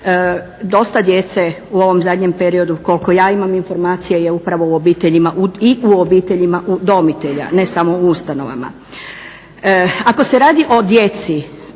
dosta djece u ovom zadnjem periodu koliko ja imam informacija je upravo u obiteljima i u obiteljima udomitelja ne samo u ustanovama. Ako se radi o djeci